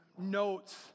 notes